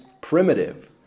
primitive